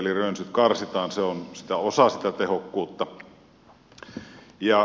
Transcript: eli rönsyt karsitaan se on osa sitä tehokkuutta